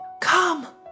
Come